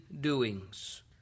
doings